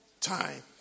time